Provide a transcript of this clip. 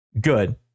good